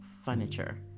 furniture